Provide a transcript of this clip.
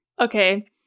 Okay